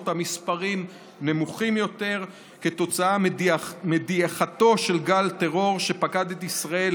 המספרים נמוכים יותר כתוצאה מדעיכתו של גל הטרור שפקד את ישראל